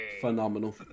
Phenomenal